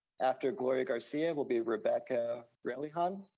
after gloria garcia will be rebecca relihan,